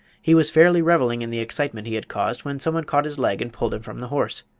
he was fairly reveling in the excitement he had caused when some one caught his leg and pulled him from the horse.